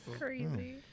crazy